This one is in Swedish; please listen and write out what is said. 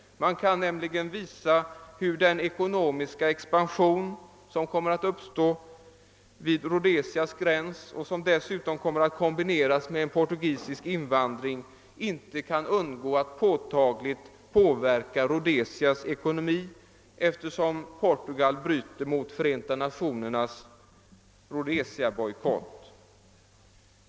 Man kan nämligen visa, hur den ekonomiska expansion som kommer att uppstå vid Rhodesias gräns och som dessutom kommer att kombineras med en portugisisk invandring inte kan undgå att påtagligt påverka Rhodesias ekonomi, eftersom Portugal bryter mot Förenta Nationernas Rhodesiabojkott.